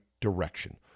direction